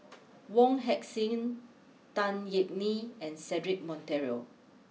Wong Heck sing Tan Yeok Nee and Cedric Monteiro